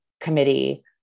committee